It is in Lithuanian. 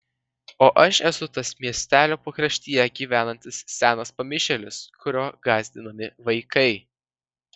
o aš esu tas miestelio pakraštyje gyvenantis senas pamišėlis kuriuo gąsdinami vaikai